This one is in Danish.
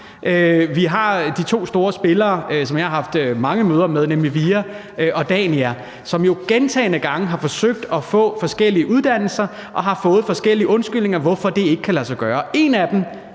Vi har de to store spillere, som jeg har haft mange møder med, nemlig VIA og Dania, som jo gentagne gange har forsøgt at få forskellige uddannelser og har fået forskellige undskyldninger, i forhold til hvorfor det ikke kan lade sig gøre. En af dem